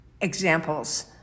examples